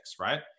right